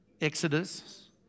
Exodus